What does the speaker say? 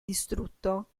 distrutto